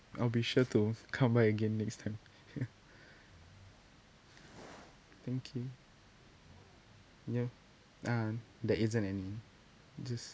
I'll be sure to come back again next time thank you yeah ah there isn't any